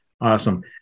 Awesome